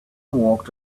walked